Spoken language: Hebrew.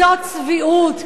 זו צביעות.